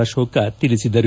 ಅಶೋಕ ತಿಳಿಸಿದರು